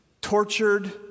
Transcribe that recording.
tortured